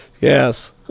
Yes